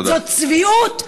זאת צביעות,